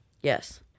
Yes